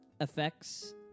effects